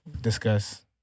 discuss